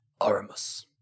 Aramus